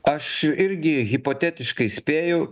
aš irgi hipotetiškai spėju